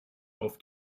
auf